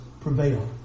prevail